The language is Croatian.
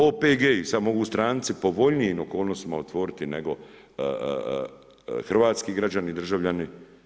OPG-i sada mogu stranci u povoljnijim okolnostima otvoriti nego hrvatski građani i državljani.